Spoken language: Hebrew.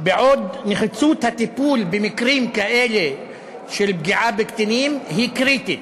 בעוד נחיצות הטיפול במקרים כאלה של פגיעה בקטינים היא קריטית.